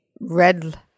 red